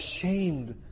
ashamed